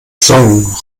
song